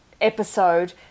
episode